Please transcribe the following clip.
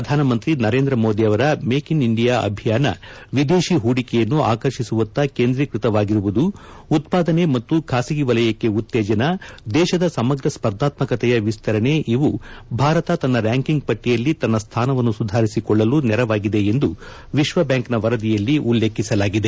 ಪ್ರಧಾನಮಂತ್ರಿ ನರೇಂದ್ರ ಮೋದಿ ಅವರ make in India ಅಭಿಯಾನ ವಿದೇಶಿ ಹೂಡಿಕೆಯನ್ನು ಆಕರ್ಷಿಸುವತ್ತ ಕೇಂದ್ರೀಕ್ಸತವಾಗಿರುವುದು ಉತ್ಸಾದನೆ ಮತ್ತು ಖಾಸಗಿ ವಲಯಕ್ಕೆ ಉತ್ತೇಜನ ದೇಶದ ಸಮಗ್ರ ಸ್ಲರ್ಧಾತ್ಮಕತೆಯ ವಿಸ್ತರಣೆ ಇವು ಭಾರತ ತನ್ನ ರ್ಯಾಂಕಿಂಗ್ ಪಟ್ಟಿಯಲ್ಲಿ ತನ್ನ ಸ್ಥಾನವನ್ನು ಸುಧಾರಿಸಿಕೊಳ್ಳಲು ನೆರವಾಗಿದೆ ಎಂದು ವಿಶ್ವ ಬ್ಯಾಂಕ್ನ ವರದಿಯಲ್ಲಿ ಉಲ್ಲೇಖಿಸಲಾಗಿದೆ